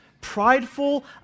prideful